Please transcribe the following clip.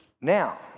Now